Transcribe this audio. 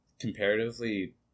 comparatively